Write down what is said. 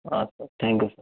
हां सर थँक्यू सर